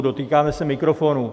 Dotýkáme se mikrofonů.